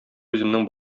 үземнең